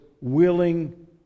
willing